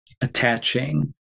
attaching